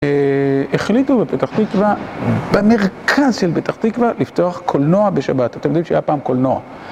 החליטו בפתח תקווה, במרכז של פתח תקווה, לפתוח קולנוע בשבת. אתם יודעים שהיה פעם קולנוע.